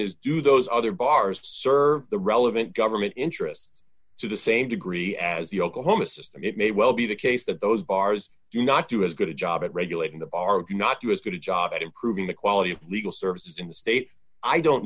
is do those other bars serve the relevant government interests to the same degree as the oklahoma system it may well be the case that those bars do not do as good job at regulating the r v not us good job at improving the quality of legal services in the state i don't